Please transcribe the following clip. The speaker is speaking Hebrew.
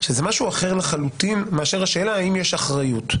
שזה משהו אחר לחלוטין מאשר השאלה אם יש אחריות.